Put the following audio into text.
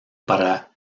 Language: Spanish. para